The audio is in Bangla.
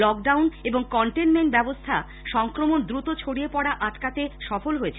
লকডাউন এবং কনটেন্টমেন্ট ব্যবস্থা সংক্রমণ দ্রুত ছড়িয়ে পড়া আটকাতে সফল হয়েছে